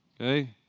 Okay